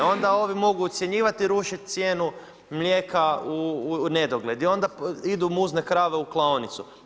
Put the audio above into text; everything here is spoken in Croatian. Onda ovi mogu ucjenjivati i rušit cijenu mlijeka u nedogled i onda idu muzne krave u klaonicu.